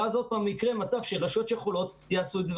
ואז יקרה מצב שרשויות שיכולות יעשו את זה,